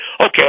Okay